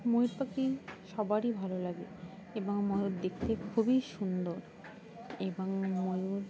ময়ূর পাখি সবারই ভালো লাগে এবং ময়ূর দেখতে খুবই সুন্দর এবং ময়ূর